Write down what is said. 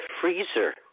freezer